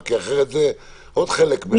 אחרת, זה עוד חלק מהפקקים.